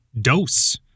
Dose